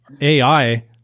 AI—